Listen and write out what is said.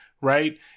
right